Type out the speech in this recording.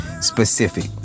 specific